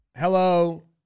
Hello